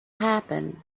happen